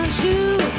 shoe